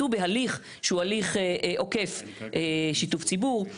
צריך רוב של 15 מתוך 15,